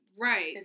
Right